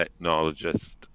technologist